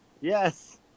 Yes